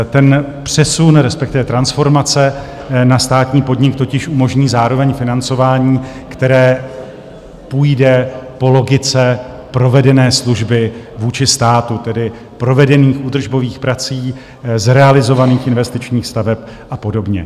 Ten přesun, respektive transformace na státní podnik totiž umožní zároveň financování, které půjde po logice provedené služby vůči státu, tedy provedených údržbových prací, zrealizovaných investičních staveb a podobně.